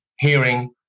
hearing